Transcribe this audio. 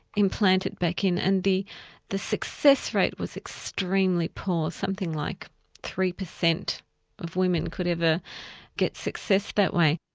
implant it back in, and the the success rate was extremely poor, something like three percent of women could ever get success that way.